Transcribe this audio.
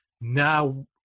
now